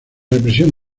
represión